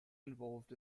involved